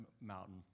mountain